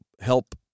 help